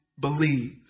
believe